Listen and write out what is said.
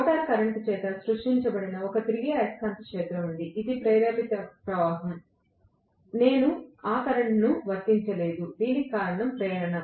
rotor current చేత సృష్టించబడిన ఒక తిరిగే అయస్కాంత క్షేత్రం ఉంది ఇది ప్రేరేపిత ప్రవాహం నేను ఆ కరెంట్ను వర్తించలేదు దీనికి కారణం ప్రేరణ